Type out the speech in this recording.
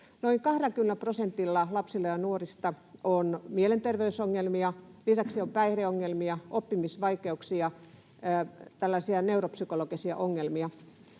Noin 20 prosentilla lapsista ja nuorista on mielenterveysongelmia, lisäksi on päihdeongelmia, oppimisvaikeuksia, tällaisia neuropsykologisia ongelmia.